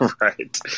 Right